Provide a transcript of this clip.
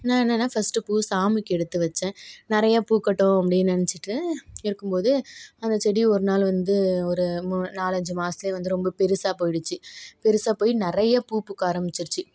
நான் என்னனா ஃபர்ஸ்ட்டு பூ சாமிக்கு எடுத்து வச்சேன் நிறைய பூக்கட்டும் அப்படினு நினைச்சிட்டு இருக்கும் போது அந்த செடி ஒரு நாள் வந்து ஒரு மூ நாலஞ்சு மாதத்துலே வந்து ரொம்ப பெருசாக போய்டுச்சி பெருசாக போய் நிறைய பூ பூக்க ஆரமிச்சுருச்சி